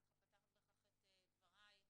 פתחת בכך את דברייך,